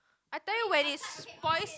I tell you when it spoils